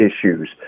issues